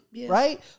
right